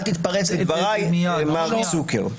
אל תתפרץ לדבריי, מר צוקר.